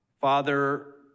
Father